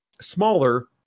smaller